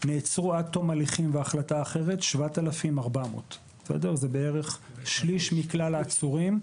נעצרו עד תום הליכים והחלטה אחרת 7,400. זה בערך שליש מכלל העצורים,